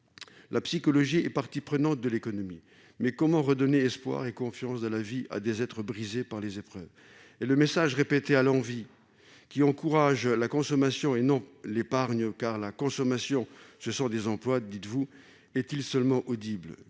la psychologie est partie prenante de l'économie. Mais comment redonner espoir et confiance dans la vie à des êtres brisés par les épreuves ? Le message répété à l'envi, qui encourage la consommation et non l'épargne, car, dites-vous, « la consommation, ce sont des emplois », est-il seulement audible ?